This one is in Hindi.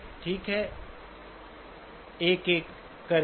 ठीक है एक एक करके